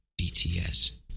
BTS